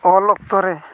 ᱚᱞ ᱚᱠᱛᱚᱨᱮ